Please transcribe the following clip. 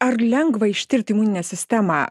ar lengva ištirt imuninę sistemą